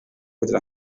kugira